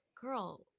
Girl